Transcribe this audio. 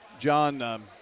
John